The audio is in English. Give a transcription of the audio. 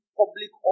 public